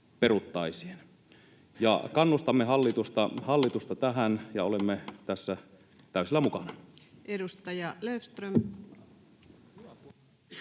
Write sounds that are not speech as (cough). peruttaisiin. Kannustamme hallitusta tähän (noise) ja olemme tässä täysillä mukana. Edustaja Löfström.